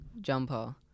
jumper